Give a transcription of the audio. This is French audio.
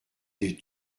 des